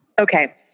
Okay